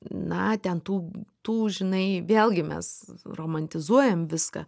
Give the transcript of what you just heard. na ten tų tų žinai vėlgi mes romantizuojam viską